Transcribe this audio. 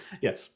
Yes